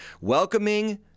welcoming